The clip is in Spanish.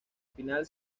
final